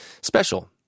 special